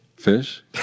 fish